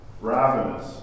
ravenous